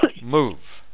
Move